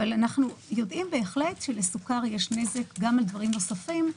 אבל אנחנו יודעים בהחלט שלסוכר יש נזק גם על דברים נוספים,